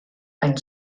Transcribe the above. ein